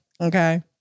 okay